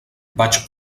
vaig